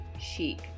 chic